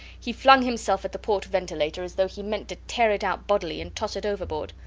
he flung himself at the port ventilator as though he meant to tear it out bodily and toss it overboard.